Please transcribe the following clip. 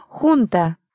junta